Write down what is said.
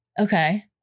Okay